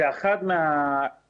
זו אחת האפשרויות.